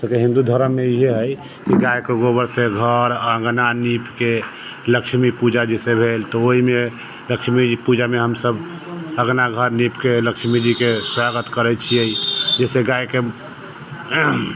हमर सबके हिंदू धरममे इहे हइ जे गायके गोबर से घर अङ्गना नीपके लक्ष्मी पूजा जैसे भेल तऽ ओहिमे लक्ष्मीके पूजामे हमसब अङ्गना घर नीपके लक्ष्मीजीके स्वागत करैत छियै जैसे गायके